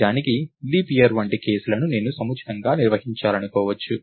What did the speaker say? నిజానికి leap year వంటి కేసులను నేను సముచితంగా నిర్వహించాలనుకోవచ్చు